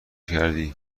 کردی